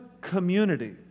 community